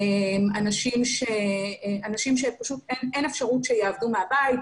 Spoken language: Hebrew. אנשים שאין אפשרות שיעבדו מהבית,